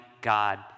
God